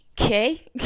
okay